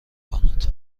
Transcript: کند